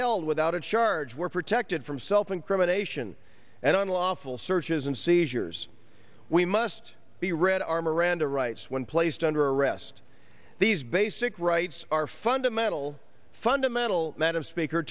held without a charge we're protected from self incrimination and unlawful searches and seizures we must be read our miranda rights when placed under arrest these basic rights are fundamental fundamental madam speaker